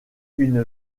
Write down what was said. une